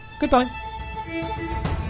Goodbye